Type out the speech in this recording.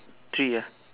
three ah